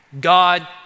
God